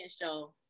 show